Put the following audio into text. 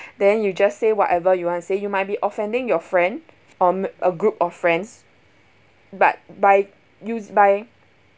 then you just say whatever you want to say you might be offending your friend or um a group of friends but by use by